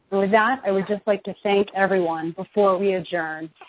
and with that, i would just like to thank everyone before we adjourn,